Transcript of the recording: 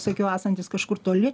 sakiau esantis kažkur toli